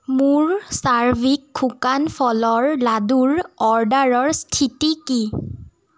মোৰ চাৰ্ভিক শুকান ফলৰ লাড়ুৰ অৰ্ডাৰৰ স্থিতি কি